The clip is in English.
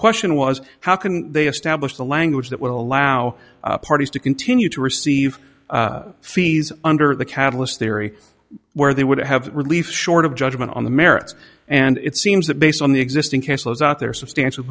question was how can they establish the language that will allow parties to continue to receive fees under the catalyst theory where they would have relief short of judgment on the merits and it seems that based on the existing cash flows out there substantial